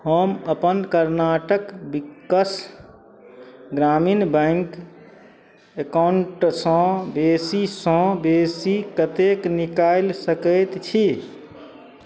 हम अपन कर्नाटक विकास ग्रामीण बैंक एकाउन्टसँ बेसीसँ बेसी कतेक निकालि सकैत छी